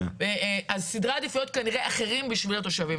אז סדרי העדיפויות אחרים כנראה בשביל התושבים.